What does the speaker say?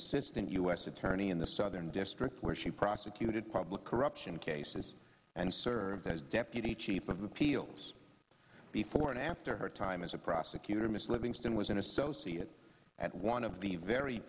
assistant u s attorney in the southern district where she prosecuted public corruption cases and sir as deputy chief of the peals before and after her time as a prosecutor miss livingston was an associate at one of the very